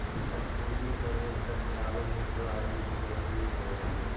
spinning mule के चलावे में दो आदमी के जरुरी होवऽ हई